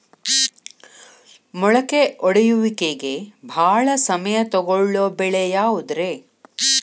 ಮೊಳಕೆ ಒಡೆಯುವಿಕೆಗೆ ಭಾಳ ಸಮಯ ತೊಗೊಳ್ಳೋ ಬೆಳೆ ಯಾವುದ್ರೇ?